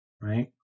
right